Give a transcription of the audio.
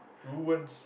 ruins